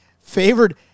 favored